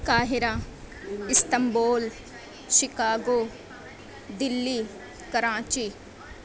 قاہرہ Istanbul Chicago Delhi Karachi